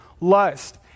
lust